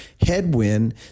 headwind